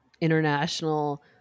international